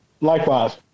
Likewise